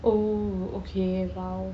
oh okay !wow!